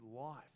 life